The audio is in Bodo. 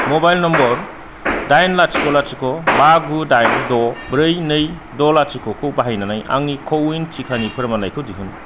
मबाइल नम्बर दाइन लाथिख' लाथिख' बा गु दाइन द' ब्रै नै द' लाथिख' खौ बाहायनानै आंनि क' विन टिकानि फोरमानलाइखौ दिहुन